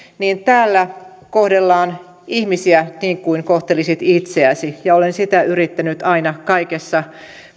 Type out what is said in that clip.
niin täällä kohdellaan ihmisiä niin kuin kohtelisit itseäsi ja olen sitä yrittänyt aina kaikessa